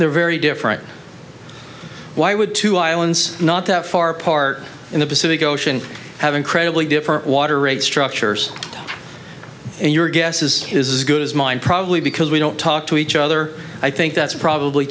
they're very different why would two islands not that far apart in the pacific ocean have incredibly different water rates structures and your guess is as good as mine probably because we don't talk to each other i think that's probably